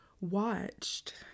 watched